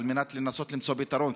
על מנת לנסות למצוא פתרון,